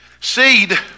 Seed